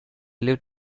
lived